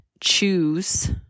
choose